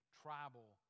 tribal